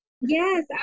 Yes